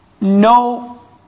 no